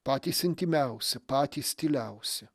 patys intymiausi patys tyliausi